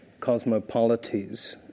cosmopolities